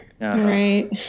right